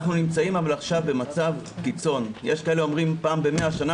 אנחנו נמצאים עכשיו במצב קיצון יש כאלה שאומרים פעם ב-100 שנים,